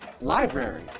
library